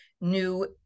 new